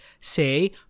say